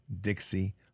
Dixie